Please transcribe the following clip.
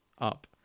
up